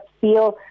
feel